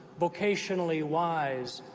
vocationally wise,